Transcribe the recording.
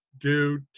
due